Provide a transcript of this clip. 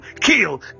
kill